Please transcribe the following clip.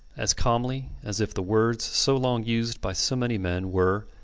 as calmly as if the words so long used by so many men were,